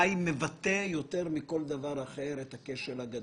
מבטא יותר מכל דבר אחר את הכשל הגדול,